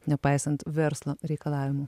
nepaisant verslo reikalavimų